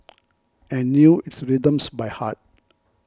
and knew its rhythms by heart